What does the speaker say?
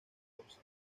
mendoza